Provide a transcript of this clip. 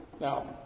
Now